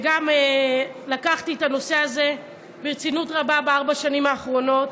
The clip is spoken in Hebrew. וגם כי לקחתי את הנושא הזה ברצינות רבה בארבע השנים האחרונות.